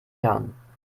jahren